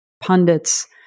pundits